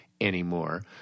anymore